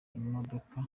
amamodoka